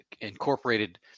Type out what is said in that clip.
incorporated